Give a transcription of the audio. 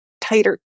tighter